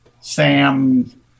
Sam